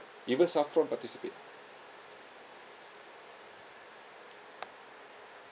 even SAFRA participate